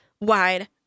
wide